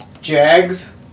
Jags